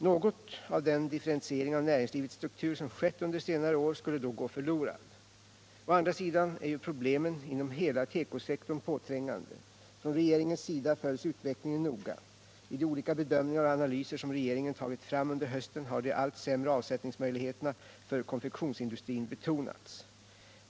Något av den differentiering av näringslivets struktur som skett under senare år skulle då gå förlorad. Å andra sidan är ju problemen inom hela tekosektorn påträngande. Från regeringens sida följs utvecklingen noga. I de olika bedömningar och analyser som regeringen tagit fram under hösten har de allt sämre avsättningsmöjligheterna för konfektionsindustrin betonats.